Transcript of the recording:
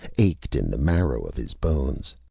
ached in the marrow of his bones.